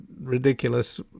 ridiculous